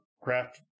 craft